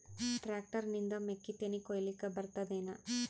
Tractor ನಿಂದ ಮೆಕ್ಕಿತೆನಿ ಕೊಯ್ಯಲಿಕ್ ಬರತದೆನ?